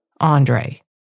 Andre